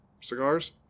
cigars